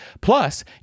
plus